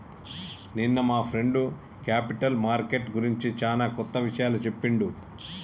నిన్న మా friend capital market గురించి చానా కొత్త ఇషయాలు చెప్పిండు